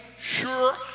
sure